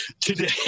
today